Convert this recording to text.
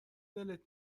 دلت